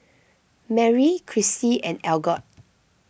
Merrie Cristy and Algot